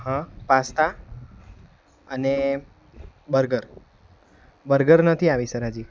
હા પાસ્તા અને burger burger નથી આવી સર હજી